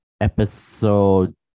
episode